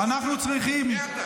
מי אתה?